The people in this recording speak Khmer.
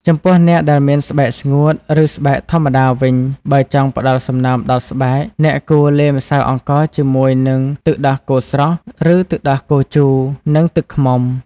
ចំពោះ អ្នកដែលមានស្បែកស្ងួត ឬស្បែកធម្មតាវិញ បើចង់ផ្ដល់សំណើមដល់ស្បែក អ្នកគួរលាយម្សៅអង្ករជាមួយនឹងទឹកដោះគោស្រស់ ឬទឹកដោះគោជូរ និងទឹកឃ្មុំ។